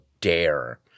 dare